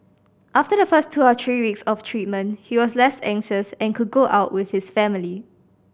after the first two or three weeks of treatment he was less anxious and could go out with his family